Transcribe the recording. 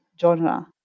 genre